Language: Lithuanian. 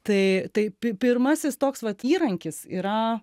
tai tai pi pirmasis toks vat įrankis yra